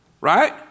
right